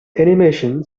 animation